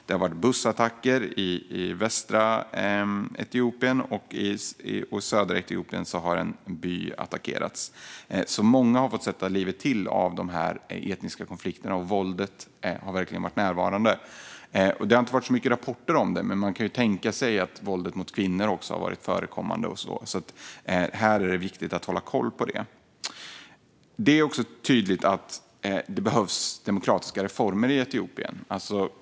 Det har varit bussattacker i västra Etiopien. Och i södra Etiopien har en by attackerats. Många har fått sätta livet till i de här etniska konflikterna. Våldet har verkligen varit närvarande. Det har inte varit så många rapporter om det, men man kan tänka sig att det har förekommit våld mot kvinnor. Det är viktigt att hålla koll på det. Det är tydligt att det behövs demokratiska reformer i Etiopien.